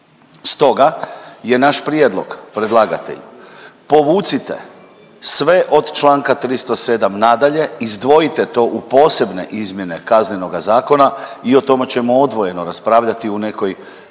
Stoga je naš prijedlog predlagatelju, povucite sve od čl. 307. nadalje, izdvojite to u posebne izmjene Kaznenoga zakona i o tome ćemo odvojeno raspravljati u nekoj